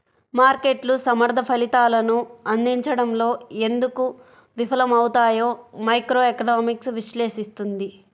మార్కెట్లు సమర్థ ఫలితాలను అందించడంలో ఎందుకు విఫలమవుతాయో మైక్రోఎకనామిక్స్ విశ్లేషిస్తుంది